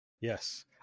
Yes